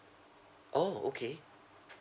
oh okay